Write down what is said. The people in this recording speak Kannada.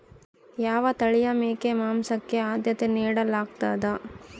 ಯಾವ ತಳಿಯ ಮೇಕೆ ಮಾಂಸಕ್ಕೆ, ಆದ್ಯತೆ ನೇಡಲಾಗ್ತದ?